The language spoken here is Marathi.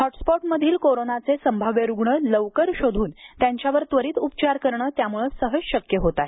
हॉटस्पॉटमधील कोरोनाचे संभाव्य रुग्ण लवकर शोधून त्यांच्यावर त्वरित उपचार करणे त्यामुळं सहज शक्य होत आहे